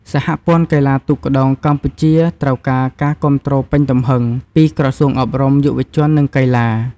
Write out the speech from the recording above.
សហព័ន្ធកីឡាទូកក្ដោងកម្ពុជាត្រូវការការគាំទ្រពេញទំហឹងពីក្រសួងអប់រំ យុវជន និងកីឡា។